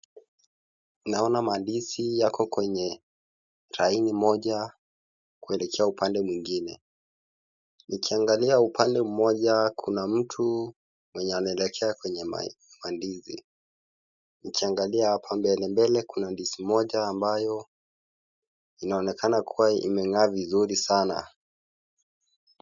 Naona mandizi yako kwenye laini moja kuelekea upande mwingine. Nikiangalia upande mmoja kuna mtu mwenye anaelekea kwenye mandizi. Nikiangalia hapa mbelembele kuna ndizi moja ambayo inaonekana kuwa imeng'aa vizuri sana.